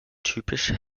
typischen